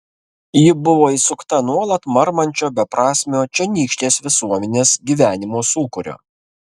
ji buvo įsukta nuolat marmančio beprasmio čionykštės visuomenės gyvenimo sūkurio